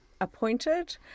appointed